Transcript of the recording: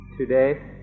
Today